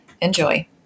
Enjoy